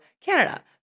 Canada